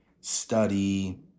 study